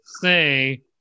say